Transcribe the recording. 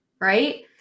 right